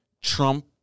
Trump